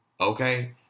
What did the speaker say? Okay